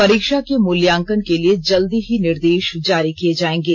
परीक्षा के मूल्यांकन के लिए जल्दी ही निर्देश जारी किये जाएंगे